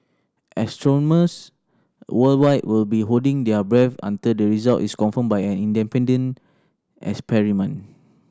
astronomers worldwide will be holding their breath until the result is confirmed by an independent experiment